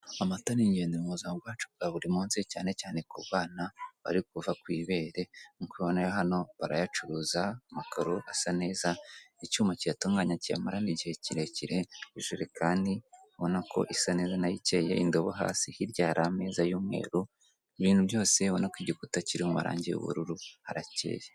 Amata ni ingenzi mu buzima bwacu bwa buri munsi cyane cyane ku bana bari kuva ku ibere, nk'uko ubibona rero hano barayacuruza, amakaro asa neza, icyuma kiyatunganya kiyamarana igihe kirekire, ijerekani ubona ko isa neza na yo ikeye, indobo hasi, hirya hari ameza y'umweru, ibintu byose urabona ko igikuta kiri mu marangi y'ubururu, harakeyeye.